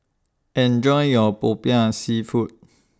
Enjoy your Popiah Seafood